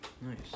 Nice